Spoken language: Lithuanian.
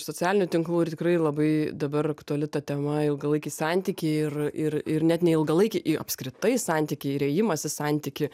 socialinių tinklų ir tikrai labai dabar aktuali ta tema ilgalaikiai santykiai ir ir ir net neilgalaikiai apskritai santykiai ir ėjimas į santykį